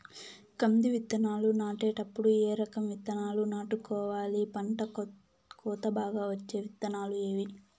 కంది విత్తనాలు నాటేటప్పుడు ఏ రకం విత్తనాలు నాటుకోవాలి, పంట కోత బాగా వచ్చే విత్తనాలు ఏవీ?